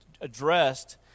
addressed